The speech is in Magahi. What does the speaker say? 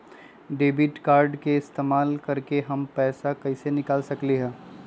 डेबिट कार्ड के इस्तेमाल करके हम पैईसा कईसे निकाल सकलि ह?